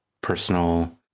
personal